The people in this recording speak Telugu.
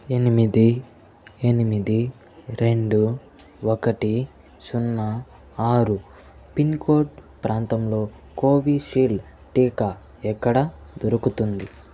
ఎనిమిది ఎనిమిది రెండు ఒకటి సున్నా ఆరు పిన్కోడ్ ప్రాంతంలో కోవిషీల్డ్ టీకా ఎక్కడ దొరుకుతుంది